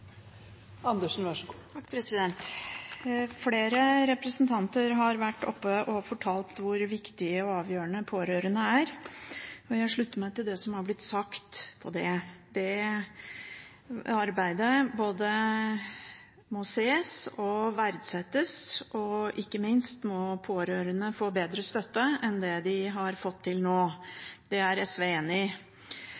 Flere representanter har vært oppe og fortalt hvor viktige og avgjørende pårørende er, og jeg slutter meg til det som er blitt sagt om det. Det arbeidet må både ses og verdsettes, og ikke minst må pårørende få bedre støtte enn det de har fått til nå.